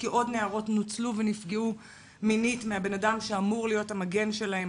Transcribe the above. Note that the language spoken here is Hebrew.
כי עוד נערות נוצלו ונפגעו מינית מהבן-אדם שאמור להיות המגן שלהן,